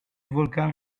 volcan